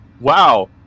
Wow